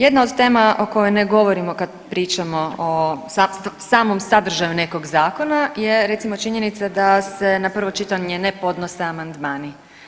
Jedna o tema o kojoj ne govorimo kad pričamo o samom sadržaju nekog zakona je recimo činjenica da se na prvo čitanje ne podnose amandmani.